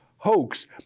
hoax